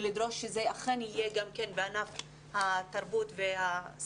לדרוש שזה אכן יהיה גם כן בענף התרבות והספורט,